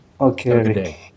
Okay